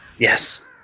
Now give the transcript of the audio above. Yes